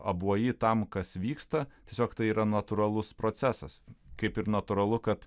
abuoji tam kas vyksta tiesiog tai yra natūralus procesas kaip ir natūralu kad